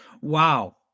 Wow